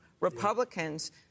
Republicans